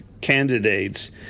candidates